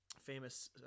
famous